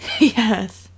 Yes